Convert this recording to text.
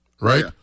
right